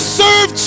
serve